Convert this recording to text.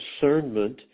discernment